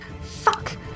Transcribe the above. Fuck